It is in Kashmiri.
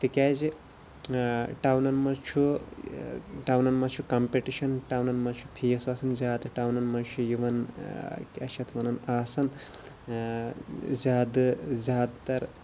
تکیازِ ٹاونَن مَنٛز چھُ ٹاونَن مَنٛز چھُ کَمپِٹِشَن ٹاونَن مَنٛز چھُ پھیٖس آسان زیادٕ ٹاونَن مَنٛز چھُ یِوان کیاہ چھ اتھ وَنان آسان زیادٕ زیادٕ تَر